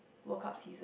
World Cup season